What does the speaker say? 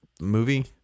movie